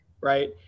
right